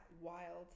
wild